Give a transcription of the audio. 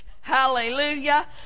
Hallelujah